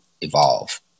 evolve